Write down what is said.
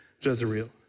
Jezreel